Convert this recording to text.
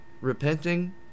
repenting